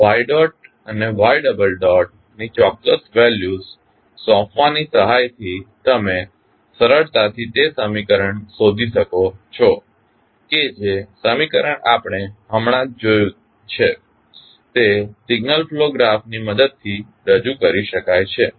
તેથી y dot અને y double dot ની ચોક્ક્સ વેલ્યુસ સોંપવાની સહાયથી તમે સરળતાથી તે સમીકરણ શોધી શકો છો કે જે સમીકરણ આપણે હમણાં જોયું છે તે સિગ્નલ ફ્લો ગ્રાફની મદદથી રજૂ કરી શકાય છે